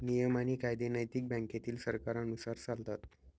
नियम आणि कायदे नैतिक बँकेतील सरकारांनुसार चालतात